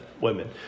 women